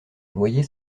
noyer